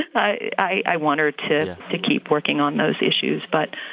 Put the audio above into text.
i i want her to to keep working on those issues. but,